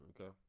okay